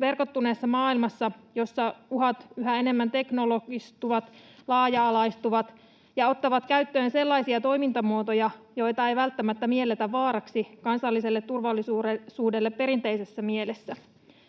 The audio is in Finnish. verkottuneessa maailmassa, jossa uhat yhä enemmän teknologistuvat, laaja-alaistuvat ja ottavat käyttöön sellaisia toimintamuotoja, joita ei välttämättä mielletä vaaraksi kansalliselle turvallisuudelle perinteisessä mielessä.